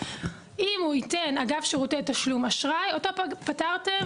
אם הוא ייתן אגב שירותי תשלום גם אשראי אותו פטרתם.